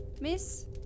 Miss